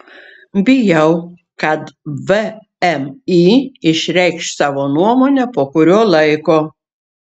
bijau kad vmi išreikš savo nuomonę po kurio laiko